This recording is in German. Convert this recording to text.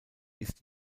ist